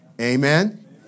Amen